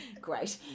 great